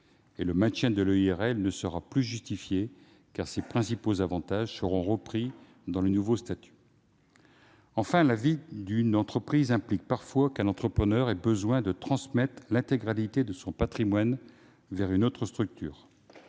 et son maintien ne sera plus justifié, car ses principaux avantages seront repris dans le nouveau statut. Enfin, la vie d'une entreprise implique parfois qu'un entrepreneur ait besoin de transmettre l'intégralité de son patrimoine à une autre structure.